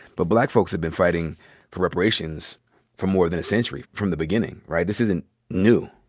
but black folks have been fighting for reparations for more than a century, from the beginning, right? this isn't new.